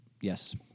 Yes